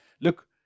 look